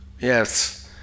Yes